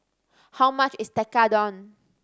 how much is Tekkadon